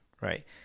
right